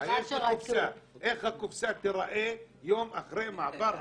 --- איך הקופסא תיראה יום לאחר מעבר החוק?